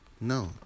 No